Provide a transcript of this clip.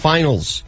Finals